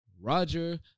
Roger